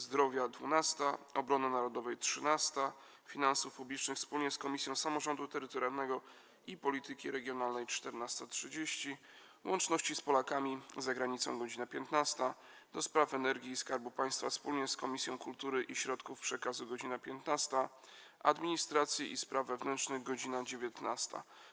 Zdrowia - godz. 12, - Obrony Narodowej - godz. 13, - Finansów Publicznych wspólnie z Komisją Samorządu Terytorialnego i Polityki Regionalnej - godz. 14.30, - Łączności z Polakami za Granicą - godz. 15, - do Spraw Energii i Skarbu Państwa wspólnie z Komisją Kultury i Środków Przekazu - godz. 15, - Administracji i Spraw Wewnętrznych - godz. 19.